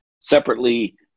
separately